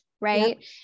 Right